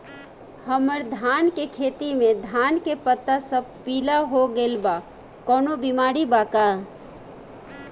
हमर धान के खेती में धान के पता सब पीला हो गेल बा कवनों बिमारी बा का?